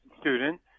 student